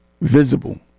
visible